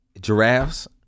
giraffes